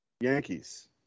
Yankees